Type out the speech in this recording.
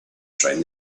train